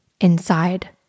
inside